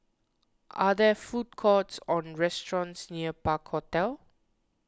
are there food courts or restaurants near Park Hotel